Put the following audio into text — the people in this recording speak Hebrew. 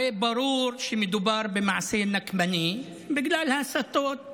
הרי ברור שמדובר במעשה נקמני בגלל ההסתות,